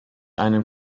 einem